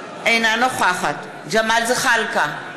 אינה נוכחת ג'מאל זחאלקה,